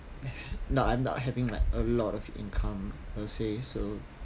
not I'm not having like a lot of income per se so